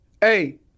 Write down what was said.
Hey